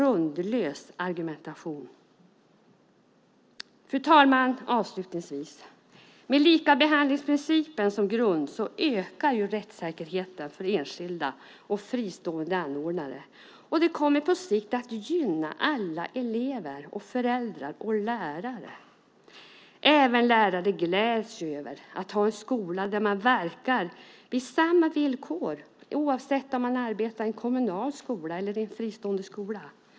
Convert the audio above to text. Avslutningsvis vill jag säga att med likabehandlingsprincipen som grund ökar rättssäkerheten för enskilda och fristående anordnare, och det kommer på sikt att gynna alla, elever, föräldrar och lärare. Även lärare gläds ju åt att ha en skola där man verkar på samma villkor oavsett om man arbetar i en kommunal skola eller i en fristående skola.